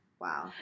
Wow